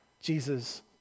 Jesus